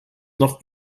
noch